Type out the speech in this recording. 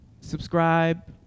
subscribe